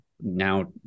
now